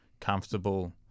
comfortable